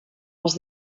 els